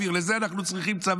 לזה אנחנו צריכים צבא.